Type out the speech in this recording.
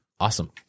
Awesome